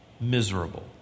miserable